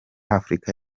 afurika